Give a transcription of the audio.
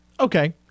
Okay